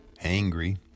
Angry